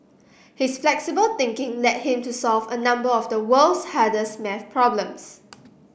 his flexible thinking led him to solve a number of the world's hardest maths problems